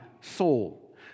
soul